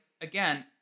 again